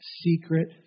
secret